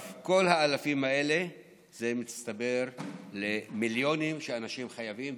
כל האלפים האלה מצטברים למיליונים שאנשים חייבים,